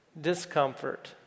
discomfort